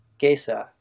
gesa